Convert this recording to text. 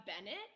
Bennett